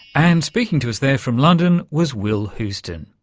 and speaking to us there from london was will houstoun.